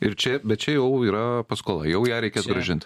ir čia bet čia jau yra paskola jau ją reikės grąžint